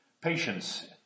Patience